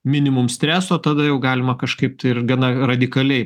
minimum streso tada jau galima kažkaip tai ir gana radikaliai